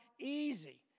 easy